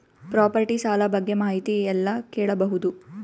Property ಸಾಲ ಬಗ್ಗೆ ಮಾಹಿತಿ ಎಲ್ಲ ಕೇಳಬಹುದು?